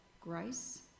grace